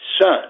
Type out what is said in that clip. son